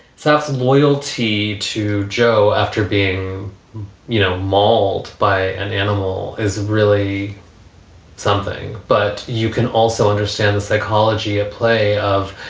self loyalty to joe after being you know mauled by an animal is really something but you can also understand the psychology at play of,